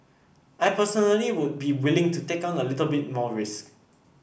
I personally would be willing to take on a little bit more risk